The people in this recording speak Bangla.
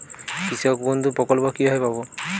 কৃষকবন্ধু প্রকল্প কিভাবে পাব?